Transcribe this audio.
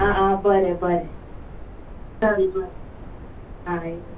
आं आं बरें बरें चल बरें आं